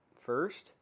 First